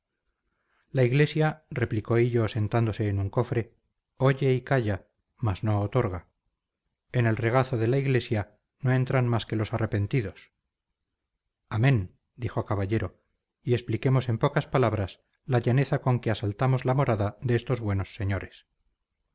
la iglesia replicó hillo sentándose en un cofre oye y calla mas no otorga en el regazo de la iglesia no entran más que los arrepentidos amén dijo caballero y expliquemos en pocas palabras la llaneza con que asaltamos la morada de estos buenos señores